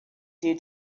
due